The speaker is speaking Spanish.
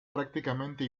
prácticamente